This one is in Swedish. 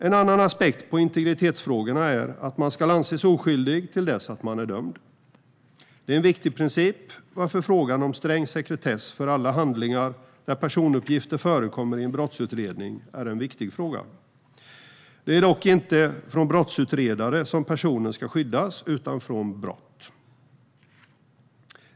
En annan aspekt av integritetsfrågorna är att man ska anses oskyldig till dess att man är dömd. Det är en viktig princip, varför frågan om sträng sekretess för alla handlingar där personuppgifter förekommer i en brottsutredning är viktig. Det är dock inte från brottsutredare som personer ska skyddas utan från brott.